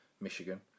michigan